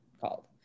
called